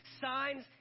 signs